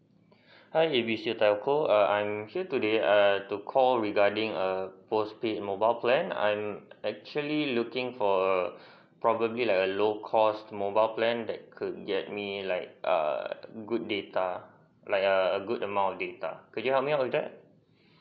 hi A B C telco err I'm here today err to call regarding a postpaid mobile plan I'm actually looking for probably like a low cost mobile plan that could get me like a good data like a good amount of data could you help me with that